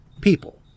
people